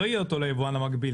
לא יהיה אותו ליבואן המקביל,